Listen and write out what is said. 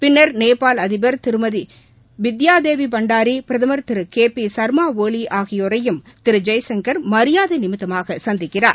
பின்னா் நேபாள் அதிபா் திருமதி பித்பா தேவி பண்டாரி பிரதமா் திரு கே பி சன்மா ஒலி ஆகியோரையும் திரு ஜெய்சங்கர் மரியாதை நிமித்தமாக சந்திக்கிறார்